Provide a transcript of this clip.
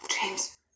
james